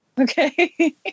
Okay